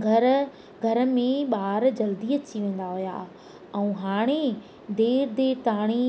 घर घर में ॿार जल्दी अची वेंदा हुआ ऐं हाणे देरि देरि ताणी